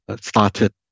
started